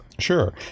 Sure